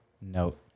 note